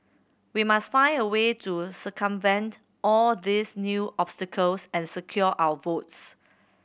we must find a way to circumvent all these new obstacles and secure our votes